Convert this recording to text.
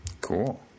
Cool